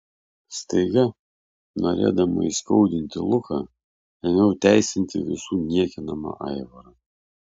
staiga norėdama įskaudinti luką ėmiau teisinti visų niekinamą aivarą